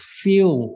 feel